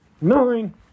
nine